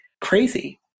crazy